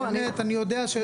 אני יודע שיש פה אנשים.